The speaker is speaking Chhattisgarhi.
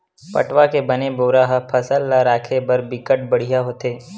पटवा के बने बोरा ह फसल ल राखे बर बिकट बड़िहा होथे